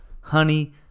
Honey